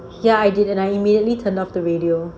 ya I didn't I immediately cannot put video